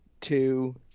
two